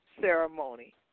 ceremony